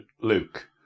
Luke